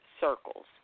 Circles